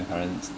current